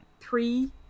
three